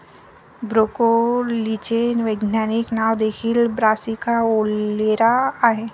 ब्रोकोलीचे वैज्ञानिक नाव देखील ब्रासिका ओलेरा आहे